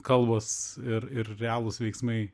kalvos ir ir realūs veiksmai